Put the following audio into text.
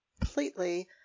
completely